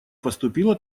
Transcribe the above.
поступила